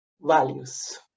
values